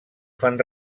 fan